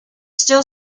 still